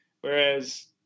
Whereas